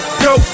go